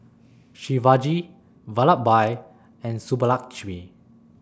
Shivaji Vallabhbhai and Subbulakshmi